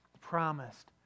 promised